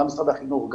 גם משרד החינוך,